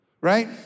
right